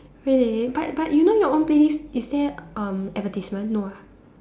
really but but you know your own playlist is there um advertisement no ah